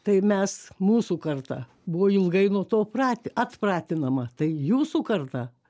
tai mes mūsų karta buvo ilgai nuo to prati atpratinama tai jūsų karta